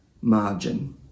margin